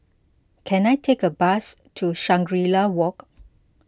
can I take a bus to Shangri La Walk